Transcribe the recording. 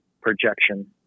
projection